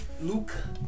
Luca